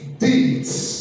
deeds